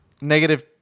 Negative